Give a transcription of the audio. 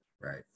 right